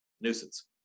Nuisance